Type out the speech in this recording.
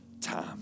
time